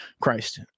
christ